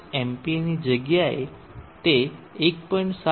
5 amps ની જગ્યાએ તે 1